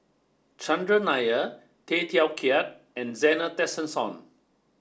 Chandran Nair Tay Teow Kiat and Zena Tessensohn